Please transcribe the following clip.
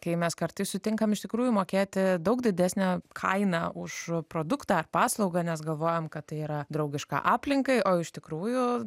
kai mes kartais sutinkam iš tikrųjų mokėti daug didesnę kainą už produktą paslaugą nes galvojam kad tai yra draugiška aplinkai o iš tikrųjų